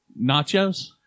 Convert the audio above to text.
nachos